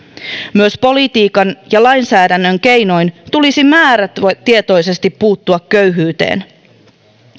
myös politiikan ja lainsäädännön keinoin tulisi määrätietoisesti puuttua köyhyyteen